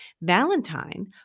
valentine